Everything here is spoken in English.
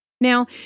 Now